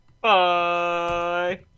Bye